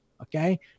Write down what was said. okay